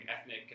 ethnic